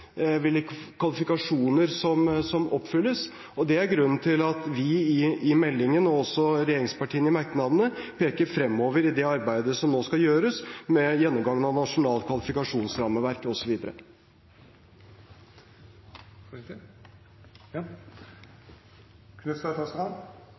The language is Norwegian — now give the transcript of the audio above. kvalifikasjoner som oppfylles. Det er grunnen til at vi i proposisjonen, og også regjeringspartiene i merknadene, peker fremover i det arbeidet som nå skal gjøres med gjennomgangen av Nasjonalt kvalifikasjonsrammeverk